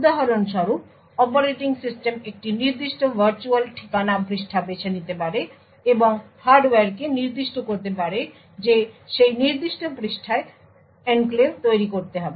উদাহরণস্বরূপ operating system একটি নির্দিষ্ট ভার্চুয়াল ঠিকানা পৃষ্ঠা বেছে নিতে পারে এবং হার্ডওয়্যারকে নির্দিষ্ট করতে পারে যে সেই নির্দিষ্ট পৃষ্ঠায় ছিটমহল তৈরি করতে হবে